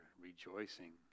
rejoicing